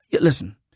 listen